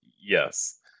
Yes